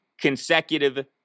consecutive